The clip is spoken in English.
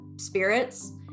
spirits